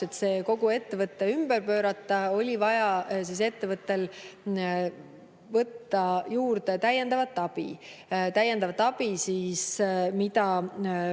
et kogu ettevõte ümber pöörata, oli vaja ettevõttel võtta juurde täiendavat abi. Seda